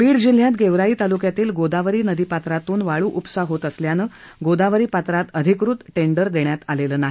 बीड जिल्ह्यात गेवराई तालुक्यातील गोदावरी नदीपात्रातून वाळू उपसा होत असल्याने गोदावरी पात्रात अधिकृत टेंडर देण्यात आलेले नाही